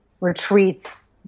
retreats